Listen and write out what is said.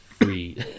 free